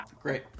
Great